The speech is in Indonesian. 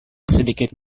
sedikit